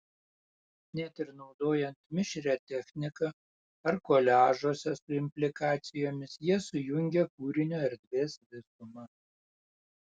net ir naudojant mišrią techniką ar koliažuose su implikacijomis jie sujungia kūrinio erdvės visumą